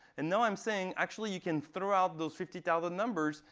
and now, i'm saying, actually, you can throw out those fifty thousand numbers.